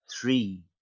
Three